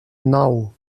nou